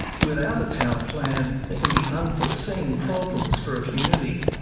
without a town plan, there can be unforeseen problems for a community.